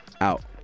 out